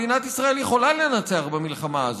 מדינת ישראל יכולה לנצח במלחמה הזו,